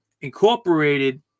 incorporated